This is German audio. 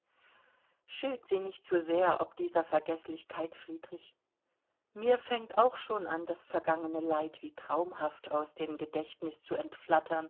schilt sie nicht zu sehr ob dieser vergeßlichkeit friedrich mir fängt auch schon an das vergangene leid wie traumhaft aus dem gedächtnis zu